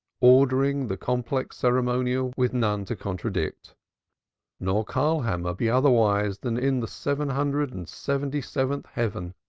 ordering the complex ceremonial with none to contradict nor karlkammer be otherwise than in the seven hundred and seventy-seventh heaven,